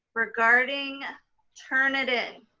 regarding turnitin.